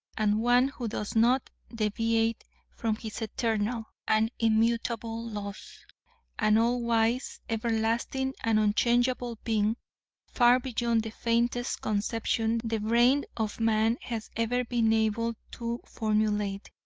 and one who does not deviate from his eternal and immutable laws an all-wise, everlasting and unchangeable being far beyond the faintest conception the brain of man has ever been able to formulate.